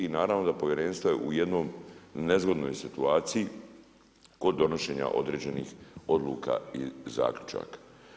I naravno, povjerenstvo je u jednoj nezgodnoj situaciji kod donošenja određenih oduka i zaključaka.